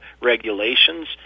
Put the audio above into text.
regulations